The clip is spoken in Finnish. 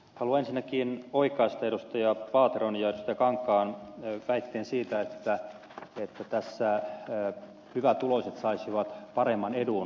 haluan ensinnäkin oikaista edustajien paatero ja kangas väitteen siitä että tässä hyvätuloiset saisivat paremman edun